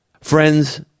Friends